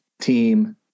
team